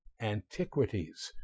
antiquities